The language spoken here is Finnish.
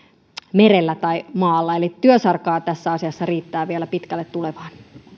merellä tai maalla eli työsarkaa tässä asiassa riittää vielä pitkälle tulevaan